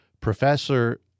Professor